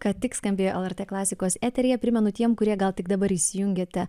ką tik skambėjo lrt klasikos eteryje primenu tiem kurie gal tik dabar įsijungėte